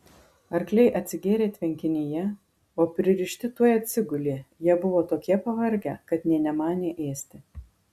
arkliai atsigėrė tvenkinyje o pririšti tuoj atsigulė jie buvo tokie pavargę kad nė nemanė ėsti